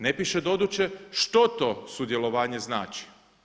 Ne piše doduše što to sudjelovanje znači?